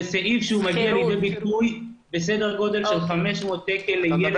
זה סעיף שמגיע לידי ביטוי בסדר גודל של 500 שקל לילד לחודש.